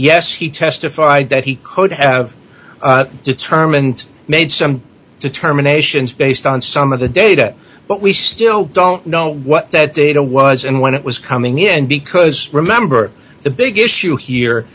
yes he testified that he could have determined made some determinations based on some of the data but we still don't know what that data was and when it was coming in and because remember the big issue here